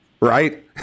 Right